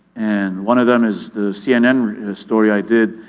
and one of them is the cnn story i did